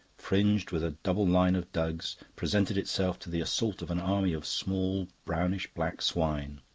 fringed with a double line of dugs, presented itself to the assault of an army of small, brownish-black swine.